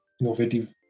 innovative